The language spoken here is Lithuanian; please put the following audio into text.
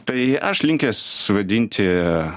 tai aš linkęs vadinti